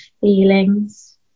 feelings